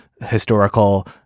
historical